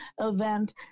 event